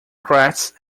crests